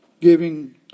giving